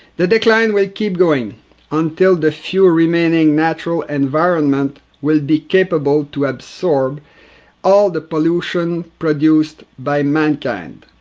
the decline will keep going until the few remaining natural environments will be capable to absorb all the pollution produced by mankind.